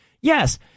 yes